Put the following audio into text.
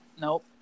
nope